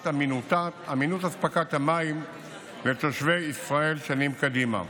אמינות אספקת המים לתושבי ישראל שנים קדימה.